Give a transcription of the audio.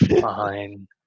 fine